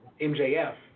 MJF